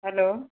hello